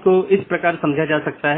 हमने देखा है कि वहाँ एक बैकबोन एरिया राउटर है जो सभी प्रकार की चीजों का ध्यान रखता है